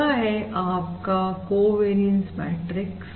यह है आपका कोवेरियंस मैट्रिक्स